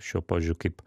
šiuo požiūriu kaip